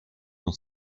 dans